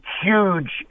huge